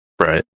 Right